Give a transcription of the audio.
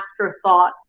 afterthought